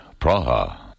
Praha